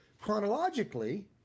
Chronologically